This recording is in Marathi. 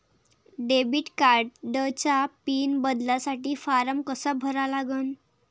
डेबिट कार्डचा पिन बदलासाठी फारम कसा भरा लागन?